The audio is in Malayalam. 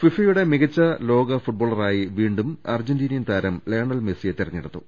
ഫിഫയുടെ മികച്ച ലോക ഫുട്ബോളറായി വീണ്ടും അർജന്റീനി യൻ താരം ലയണൽ മെസ്സിയെ തെരഞ്ഞെടുത്തു